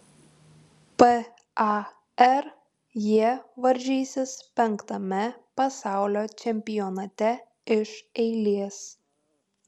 par jie varžysis penktame pasaulio čempionate iš eilės